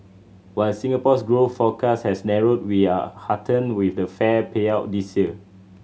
while Singapore's growth forecast has narrowed we are heartened with the fair payout this year